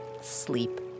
sleep